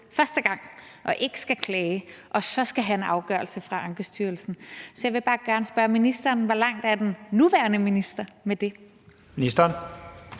første gang og ikke skal klage og så først skal have en afgørelse fra Ankestyrelsen. Så jeg vil bare gerne spørge ministeren, hvor langt den nuværende minister er med det? Kl.